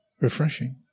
refreshing